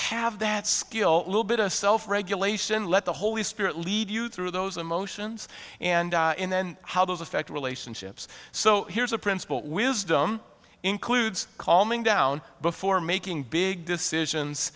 have that skill a little bit of self regulation let the holy spirit lead you through those emotions and then how those affect relationships so here's a principle wisdom includes calming down before making big decisions